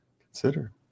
consider